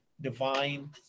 divine